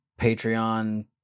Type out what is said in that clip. Patreon